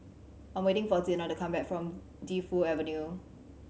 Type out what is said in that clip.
I'm waiting for Zina to come back from Defu Avenue